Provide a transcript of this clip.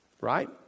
Right